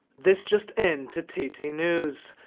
this just in to to tt news.